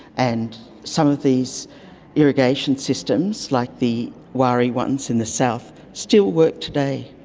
and some of these irrigation systems, like the wari ones in the south still work today.